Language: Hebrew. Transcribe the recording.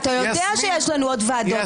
אתה יודע שיש לנו עוד ועדות.